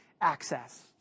access